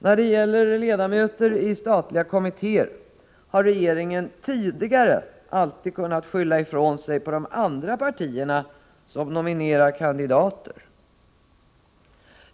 När det gäller ledamöter i statliga kommittéer har regeringen tidigare alltid kunnat skylla ifrån sig på de andra partierna med tanke på hur de nominerar kandidater.